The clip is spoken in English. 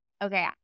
Okay